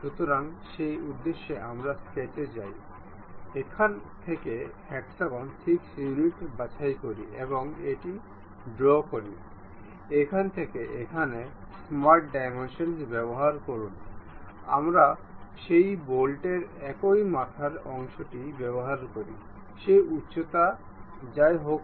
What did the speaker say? সুতরাং যদি আমরা এই ফ্লোট টি তৈরি করি তখন আমরা দেখতে পাব যে পুরো প্লেনের অরিজিন এই বাক্সের অরিজিনের সাথে সংযুক্ত